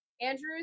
Andrew's